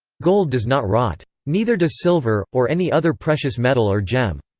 gold does not rot. neither does silver, or any other precious metal or gem.